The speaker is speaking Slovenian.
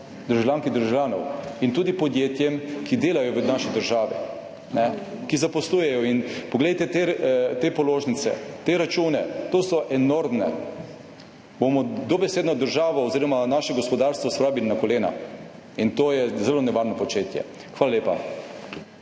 državljank in državljanov, in tudi podjetjem, ki delajo v naši državi, ki zaposlujejo. Poglejte te položnice, te račune, ki so enormni. Dobesedno državo oziroma naše gospodarstvo bomo spravili na kolena in to je zelo nevarno početje. Hvala lepa.